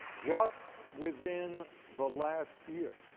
just within the last year